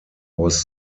was